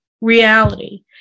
reality